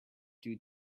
due